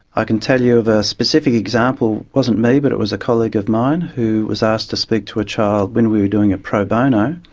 i can tell you of a specific example, it wasn't me but it was a colleague of mine who was asked to speak to a child when we were doing a pro bono,